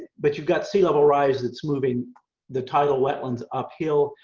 but you've got sea level rise, it's moving the tidal wetlands up hill,